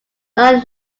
non